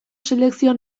selekzio